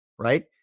right